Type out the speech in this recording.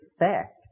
effect